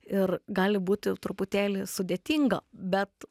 ir gali būti truputėlį sudėtinga bet